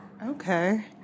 Okay